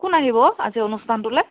কোন আহিব আজি অনুষ্ঠানটোলৈ